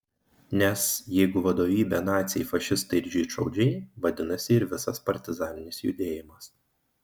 nes jeigu vadovybė naciai fašistai ir žydšaudžiai vadinasi ir visas partizaninis judėjimas